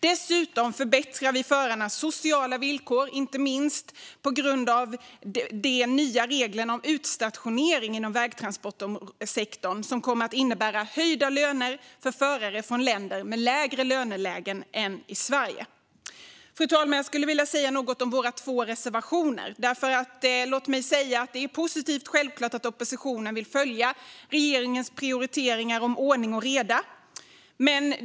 Dessutom förbättrar vi förarnas sociala villkor, inte minst på grund av de nya reglerna om utstationering inom vägtransportsektorn som kommer att innebära höjda löner för förare från länder med lägre lönelägen än Sverige. Fru talman! Jag skulle vilja säga något om våra två reservationer. Låt mig säga att det självklart är positivt att oppositionen vill följa regeringens prioriteringar om ordning och reda.